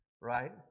Right